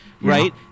right